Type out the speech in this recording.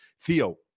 Theo